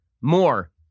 more